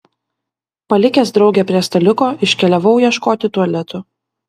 palikęs draugę prie staliuko iškeliavau ieškoti tualetų